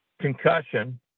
concussion